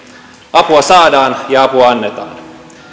apua saadaan ja apua annetaan